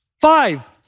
Five